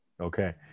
Okay